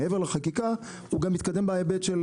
מעבר לחקיקה הוא גם התקדם בהיבט של